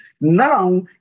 now